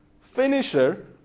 finisher